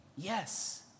yes